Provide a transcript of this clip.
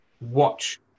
watch